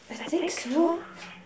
I think so